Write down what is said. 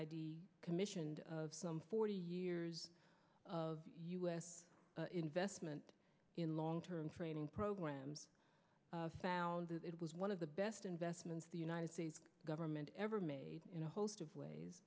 t commissioned of some forty years of u s investment in long term training programs found that it was one of the best investments the united states government ever made in a host of ways